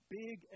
big